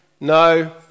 No